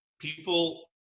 people